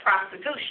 prostitution